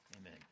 Amen